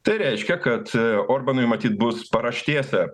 tai reiškia kad a orbanui matyt bus paraštėse